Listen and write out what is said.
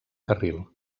carril